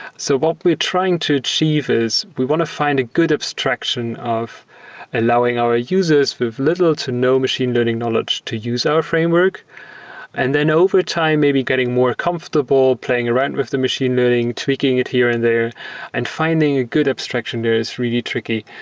so but we are trying to achieve is we want to find a good abstraction of allowing our users who have little to no machine learning knowledge to use our framework and then over time maybe getting more comfortable, playing around with the machine learning, tweaking it here and there and finding a good abstraction there is really tricky.